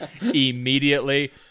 immediately